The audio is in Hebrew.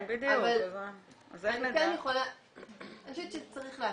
אני חושבת שצריך להפריד.